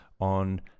on